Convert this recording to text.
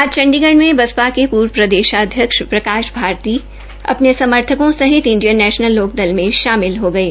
आज चंडीगढ़ में बसपा के पूर्व प्रदेशाध्यक्ष प्रकाश भारती अपने समर्थकों सहित इंडियन नेशनल लोकदल में शामिल हो गये